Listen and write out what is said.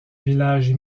village